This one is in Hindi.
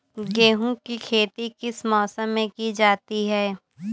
गेहूँ की खेती किस मौसम में की जाती है?